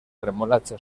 remolacha